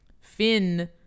Finn